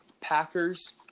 Packers